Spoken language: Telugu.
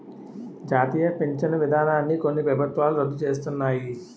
జాతీయ పించను విధానాన్ని కొన్ని ప్రభుత్వాలు రద్దు సేస్తన్నాయి